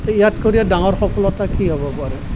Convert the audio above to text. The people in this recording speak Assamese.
ইয়াতকৈ আৰু ডাঙৰ সফলতা কি হ'ব পাৰে